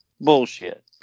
Bullshit